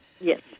Yes